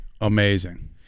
Amazing